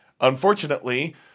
Unfortunately